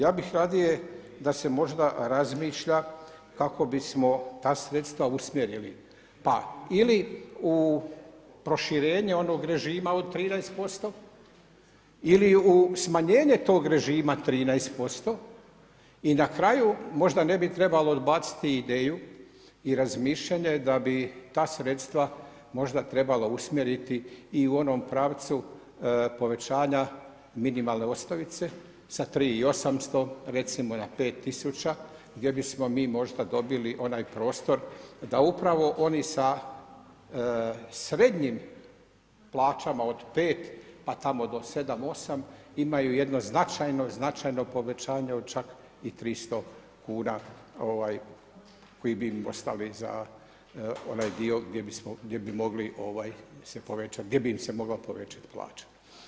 Ja bih radije da se možda razmišlja kako bismo ta sredstva usmjerili pa ili u proširenje onog režima od 13% ili u smanjenje tog režima 13% i na kraju možda ne bi trebalo odbaciti ideju i razmišljanje da bi ta sredstva možda trebalo usmjeriti i u onom pravcu povećanja minimalne osnovice sa 3800 recimo na 5000 gdje bismo mi možda dobili onaj prostor da upravo oni sa srednjim plaćama od 5 pa tamo do 7, 8 imaju jedno značajno, značajno povećanje od čak i 300 kuna koji bi im ostali za onaj dio gdje bi mogli se povećat, gdje bi im se mogla povećat plaća.